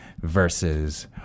versus